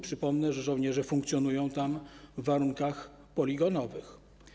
Przypomnę, że żołnierze funkcjonują tam w warunkach poligonowych.